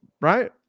Right